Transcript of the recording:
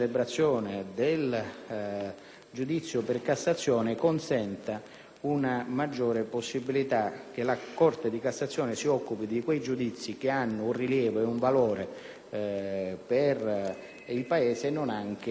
del giudizio per Cassazione consentano una maggiore possibilità che la Corte di cassazione si occupi di quei giudizi che hanno un rilievo e un valore per il Paese e non anche di questioni marginali.